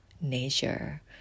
nature